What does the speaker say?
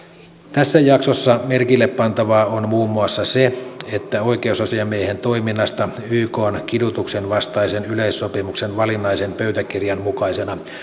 tässä jaksossa merkille pantavaa on muun muassa se että oikeusasiamiehen toiminnasta ykn kidutuksen vastaisen yleissopimuksen valinnaisen pöytäkirjan mukaisena